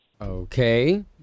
Okay